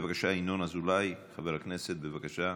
בבקשה, ינון אזולאי, חבר הכנסת, בבקשה.